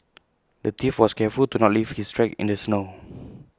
the thief was careful to not leave his tracks in the snow